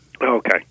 okay